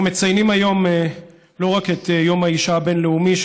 אנחנו מציינים היום לא רק את יום האישה הבין-לאומי,